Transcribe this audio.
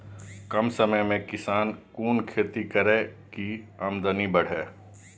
कम समय में किसान कुन खैती करै की आमदनी बढ़े?